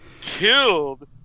killed